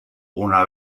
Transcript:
una